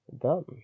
done